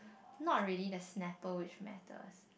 not really the snapple which matters